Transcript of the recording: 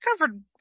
covered